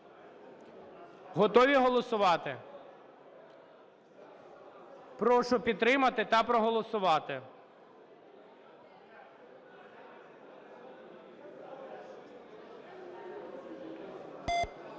Готові голосувати? Прошу підтримати та проголосувати.